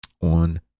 on